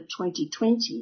2020